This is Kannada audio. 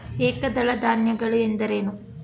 ಏಕದಳ ಧಾನ್ಯಗಳು ಎಂದರೇನು?